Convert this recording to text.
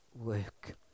work